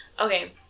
Okay